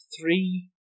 three